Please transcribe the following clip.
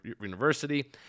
University